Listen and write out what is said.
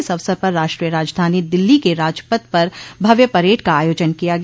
इस अवसर पर राष्ट्रीय राजधानी दिल्ली के राजपथ पर भव्य परेड का आयोजन किया गया